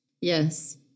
Yes